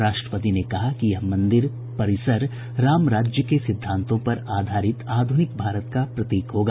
राष्ट्रपति ने कहा कि यह मंदिर परिसर राम राज्य के सिद्धांतों पर आधारित आधुनिक भारत का प्रतीक होगा